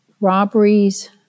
robberies